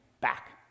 back